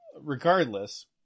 Regardless